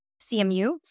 CMU